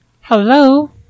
Hello